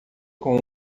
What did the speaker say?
com